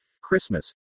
christmas